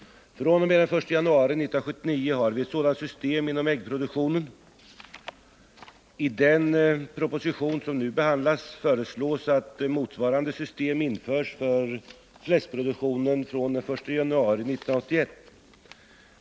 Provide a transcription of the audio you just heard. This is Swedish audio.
fr.o.m. den 1 januari 1979 har vi ett sådant system inom äggproduktionen. I den proposition som nu behandlas föreslås att motsvarande system införs för fläskproduktionen från den 1 januari 1981.